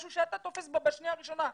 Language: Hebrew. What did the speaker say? משהו שאתה תופס בשנייה הראשונה.